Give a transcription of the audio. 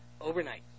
overnight